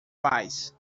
paz